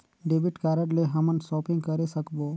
Debit card ले हमन shopping करे सकबो?